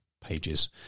pages